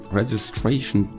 registration